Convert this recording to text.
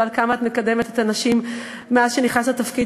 ועד כמה את מקדמת את הנשים מאז שנכנסת לתפקיד